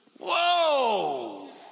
Whoa